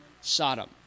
Sodom